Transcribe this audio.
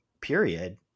period